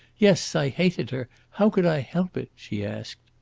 yes, i hated her. how could i help it? she asked.